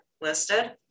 listed